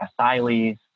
asylees